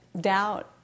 doubt